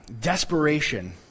desperation